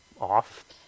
off